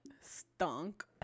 stunk